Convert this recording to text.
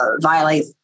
violate